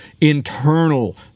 internal